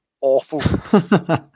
awful